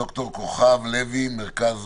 ד"ר כוכב לוי, מרכז